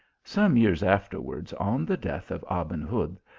some years afterwards, on the death of aben hud,